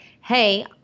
hey